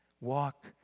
Walk